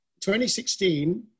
2016